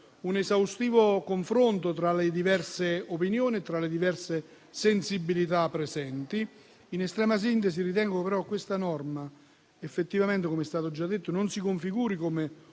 un esaustivo confronto tra le diverse opinioni e le diverse sensibilità presenti. In estrema sintesi, ritengo però che effettivamente questa norma - come è stato già detto - non si configuri come